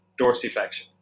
dorsiflexion